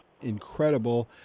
incredible